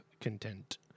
content